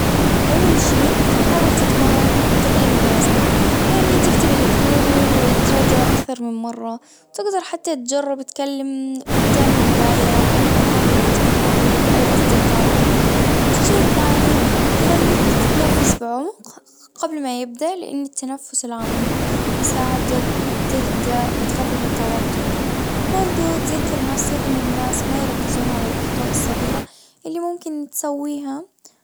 اول شي حاول تتمرن قبل المناسبة يعني تكتب اللي تجوله وتراجعه اكثر من مرة تجدر حتى تجرب تكلم قدام المراية او مع احد من اهلك او اصدقائك الشيء الثاني خليك تتنفس بعمق قبل ما يبدأ لان التنفس العميق يساعدك تهدا وتخفف التوتر. وبرضو تذكر نفسك ان الناس ما يركزون على الاخطاء الصغيرة اللي ممكن تسويها.